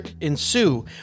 ensue